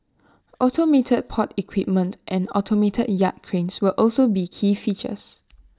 automated port equipment and automated yard cranes will also be key features